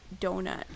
donut